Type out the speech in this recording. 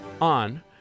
on